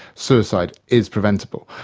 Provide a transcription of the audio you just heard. suicide is preventable.